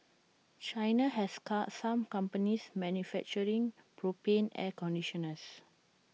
China has car some companies manufacturing propane air conditioners